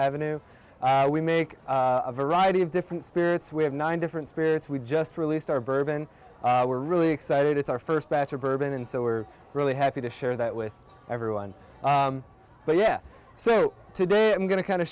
avenue we make a variety of different spirits we have nine different spirits we just released our bourbon we're really excited it's our first batch of bourbon and so we're really happy to share that with everyone but yeah so today i'm going to kind of